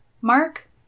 Mark